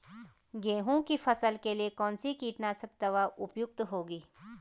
गेहूँ की फसल के लिए कौन सी कीटनाशक दवा उपयुक्त होगी?